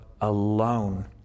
alone